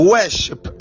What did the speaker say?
Worship